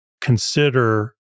consider